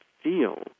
feel